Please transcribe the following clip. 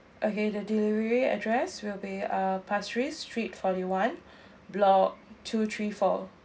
okay the delivery address will be uh pasir ris street forty one block two three four